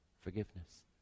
forgiveness